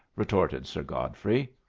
retorted sir godfrey.